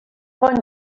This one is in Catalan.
bon